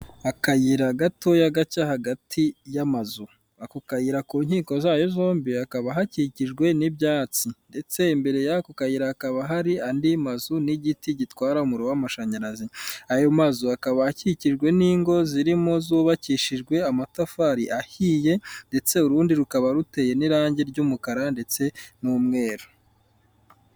Akayira gatoya gaca hagati y'amazu. Ako kayira ku nkiko zayo zombi hakaba hakikijwe n'ibyatsi. Ndetse imbere y'ako kayira hakaba hari andi mazu n'igiti gitwara umuriro w'amashanyarazi. Ayo mazu akaba akikijwe n'ingo zirimo zubakishijwe amatafari ahiye, ndetse urundi rukaba ruteye n'irangi ry'umukara ndetse n'umweru.